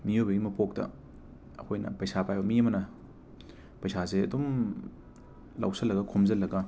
ꯃꯤꯑꯣꯏꯕꯒꯤ ꯃꯄꯣꯛꯇ ꯑꯈꯣꯏꯅ ꯄꯩꯁꯥ ꯄꯥꯏꯕ ꯃꯤ ꯑꯃꯅ ꯄꯩꯁꯥꯁꯦ ꯑꯗꯨꯝ ꯂꯧꯁꯤꯜꯂꯒ ꯈꯣꯝꯖꯤꯜꯂꯒ